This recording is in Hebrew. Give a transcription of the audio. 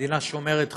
מדינה שומרת חוק,